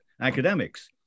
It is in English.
academics